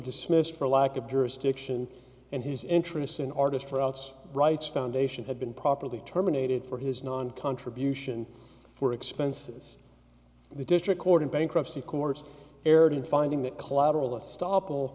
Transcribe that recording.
dismissed for lack of jurisdiction and his interest in artist routes rights foundation had been properly terminated for his non contribution for expenses the district court in bankruptcy courts erred in finding that collateral estop